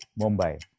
Mumbai